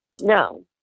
No